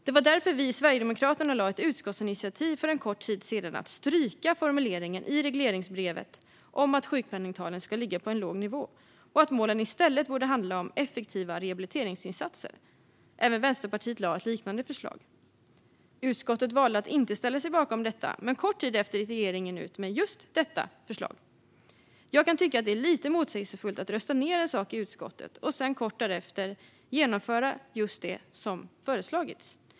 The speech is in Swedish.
Det var därför vi i Sverigedemokraterna lade fram ett utskottsinitiativ för en kort tid sedan om att stryka formuleringen i regleringsbrevet om att sjukpenningtalen ska ligga på en låg nivå och att målen i stället borde handla om effektiva rehabiliteringsinsatser. Vänsterpartiet lade fram ett liknande förslag. Utskottet valde att inte ställa sig bakom detta, men kort därefter gick regeringen ut med just detta förslag. Jag kan tycka att det är lite motsägelsefullt att rösta ned ett förslag i utskottet och sedan kort därefter genomföra just det som föreslagits.